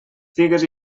figues